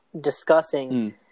discussing